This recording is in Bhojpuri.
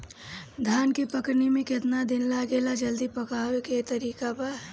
धान के पकने में केतना दिन लागेला जल्दी पकाने के तरीका बा?